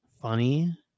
funny